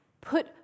put